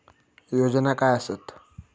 योजना काय आसत?